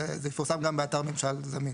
זה יפורסם גם באתר ממשל זמין.